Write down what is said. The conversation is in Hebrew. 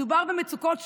מדובר במצוקות שקופות.